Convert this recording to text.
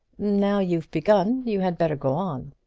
now you've begun you had better go on.